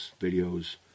videos